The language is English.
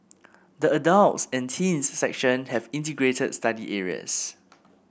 the adults and teens section have integrated study areas